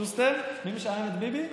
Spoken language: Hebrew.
שוסטר, מי משעמם את ביבי?